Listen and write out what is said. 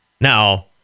Now